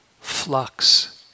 flux